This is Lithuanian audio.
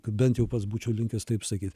bent jau pats būčiau linkęs taip sakyt